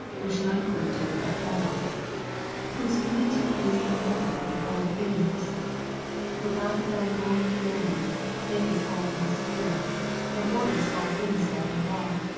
which none could do but thou whose unity is the mould of all things who out of thy own fairness makest all things fair and orderest all things by thy law.